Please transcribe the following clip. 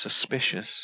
suspicious